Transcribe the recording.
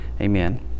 Amen